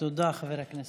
תודה, חבר הכנסת.